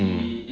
mmhmm